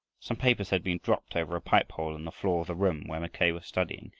some papers had been dropped over a pipe-hole in the floor of the room where mackay was studying,